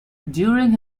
during